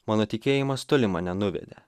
mano tikėjimas toli mane nuvedė